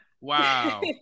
wow